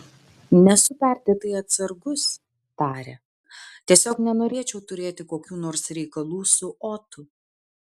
nesu perdėtai atsargus tarė tiesiog nenorėčiau turėti kokių nors reikalų su otu